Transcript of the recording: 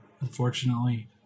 unfortunately